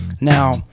Now